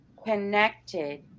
Connected